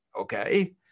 okay